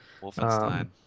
Wolfenstein